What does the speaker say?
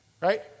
Right